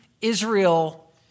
Israel